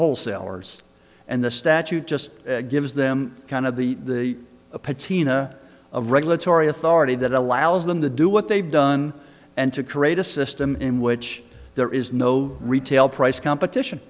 wholesalers and the statute just gives them kind of the the patina of regulatory authority that allows them to do what they've done and to create a system in which there is no retail price competition